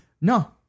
No